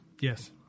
Yes